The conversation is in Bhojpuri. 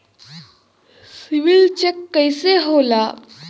सिबिल चेक कइसे होला?